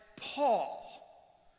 Paul